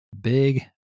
big